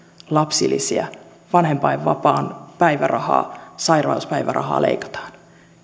lapsilisiä vanhempainvapaan päivärahaa sairauspäivärahaa leikataan